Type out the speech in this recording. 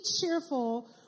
cheerful